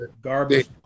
garbage